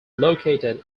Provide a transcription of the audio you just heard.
located